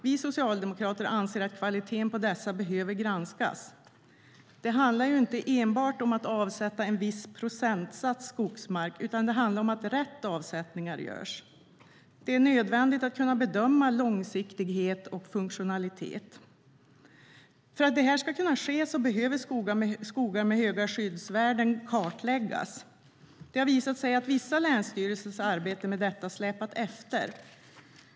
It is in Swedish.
Vi socialdemokrater anser att kvaliteten på dessa behöver granskas. Det handlar inte enbart om att avsätta en viss procentsats skogsmark, utan det handlar om att rätt avsättningar görs. Det är nödvändigt att kunna bedöma långsiktighet och funktionalitet. För att detta ska ske behöver skogar med höga skyddsvärden kartläggas. Det har visat sig att vissa länsstyrelsers arbete med detta släpat efter.